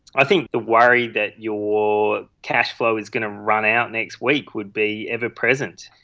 i think the worry that your cash flow is going to run out next week would be ever present.